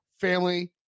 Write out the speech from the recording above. family